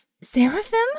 Seraphim